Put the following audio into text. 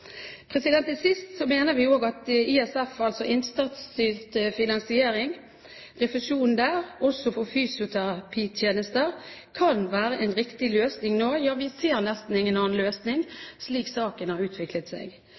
Til sist mener vi at innsatsstyrt finansieringsrefusjon også for fysioterapitjenester kan være en riktig løsning nå. Ja, vi ser nesten ingen annen løsning, slik saken har utviklet seg.